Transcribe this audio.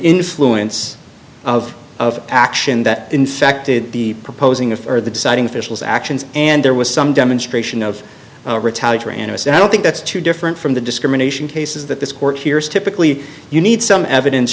influence of of action that infected the proposing a for the deciding officials actions and there was some demonstration of retaliatory interest and i don't think that's too different from the discrimination cases that this court hears typically you need some evidence